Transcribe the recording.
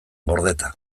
gordeta